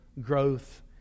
growth